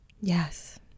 Yes